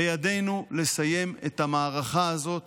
בידנו לסיים את המערכה הזאת